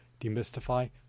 demystify